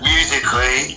Musically